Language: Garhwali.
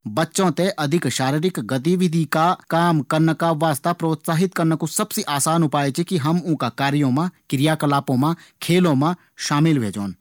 बच्चों थें अधिक शारीरिक गतिविधि का काम करना का वास्ता प्रोत्साहित करना कू सबसे आसान उपाय च कि हम ऊँका कार्यों मा, क्रियाकलापों मा, खेलों मा शामिल ह्वे जौ।